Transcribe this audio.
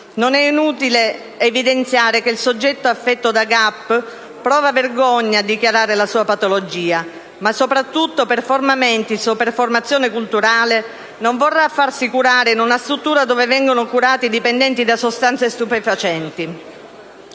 Non è inutile evidenziare che il soggetto affetto da GAP (gioco d'azzardo patologico) prova vergogna a dichiarare la sua patologia, ma soprattutto per *forma mentis* o per formazione culturale non vorrà farsi curare in una struttura dove vengono curati i dipendenti da sostanze stupefacenti.